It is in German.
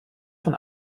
von